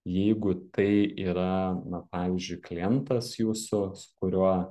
jeigu tai yra na pavyzdžiui klientas jūsų su kuriuo